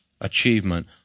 achievement